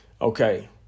okay